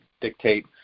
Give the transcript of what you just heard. dictate